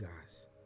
guys